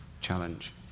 challenge